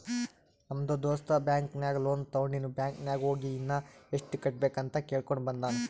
ನಮ್ ದೋಸ್ತ ಬ್ಯಾಂಕ್ ನಾಗ್ ಲೋನ್ ತೊಂಡಿನು ಬ್ಯಾಂಕ್ ನಾಗ್ ಹೋಗಿ ಇನ್ನಾ ಎಸ್ಟ್ ಕಟ್ಟಬೇಕ್ ಅಂತ್ ಕೇಳ್ಕೊಂಡ ಬಂದಾನ್